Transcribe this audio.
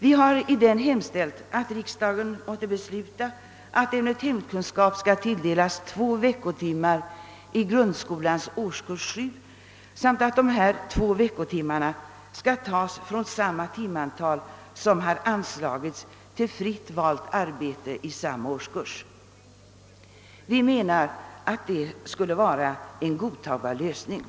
Vi har där hemställt »att riksdagen måtte besluta att ämnet hemkunskap tilldelas 2 veckotimmar i grundskolans årskurs 7, samt att de 2 veckotimmar som i årskurs 7 anslagits till fritt valt arbete utgår». Vi menar att detta skulle vara en godtagbar lösning.